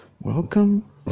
welcome